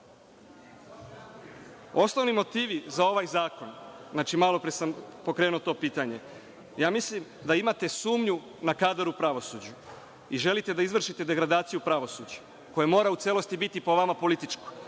motivi za ovaj zakon, znači, malopre sam pokrenuo to pitanje, ja mislim da imate sumnju na kadar u pravosuđu i želite da izvršite degradaciju pravosuđa, koje mora u celosti biti, po vama, političko.